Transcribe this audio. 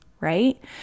right